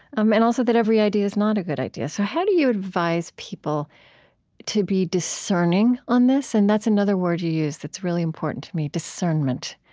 um and also that every idea is not a good idea. so how do you advise people to be discerning on this? and that's another word you use that's really important to me, discernment.